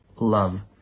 love